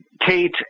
Kate